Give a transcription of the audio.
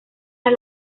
las